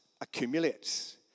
accumulates